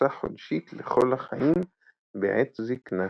הכנסה חודשית לכל החיים בעת זקנה.